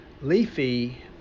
leafy